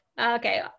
Okay